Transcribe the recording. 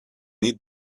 need